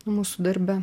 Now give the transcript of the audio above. mūsų darbe